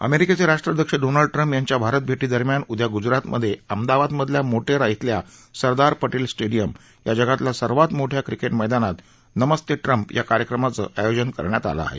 अमेरिकेचे राष्ट्राध्यक्ष Donald Trump यांच्या भारत भेटीदरम्यान उद्या गुजरातमध्ये अहमदाबादमधल्या मोटेरा इथल्या सरदार पटेल स्टेडिअम या जगातल्या सर्वात मोठ्या क्रिकेट मद्यानात नमस्ते ट्रम्प या कार्यक्रमाचं आयोजन करण्यात आलं आहे